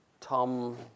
Tom